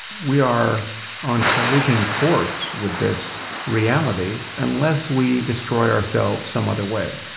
we are on collision course with this reality unless we destroy ourselves some other way.